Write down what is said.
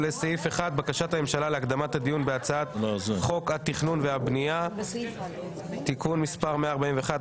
בקשת הממשלה להקדמת הדיון בהצעת חוק התכנון והבנייה (תיקון מס' 141),